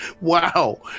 Wow